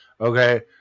okay